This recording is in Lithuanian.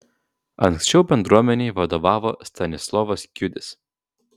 anksčiau bendruomenei vadovavo stanislovas kiudis